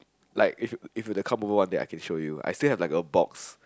like if you if you were to come over one day I can show you I still have like a box